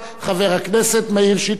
חבר הכנסת מאיר שטרית.